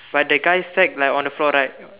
but the guy sack like on the floor right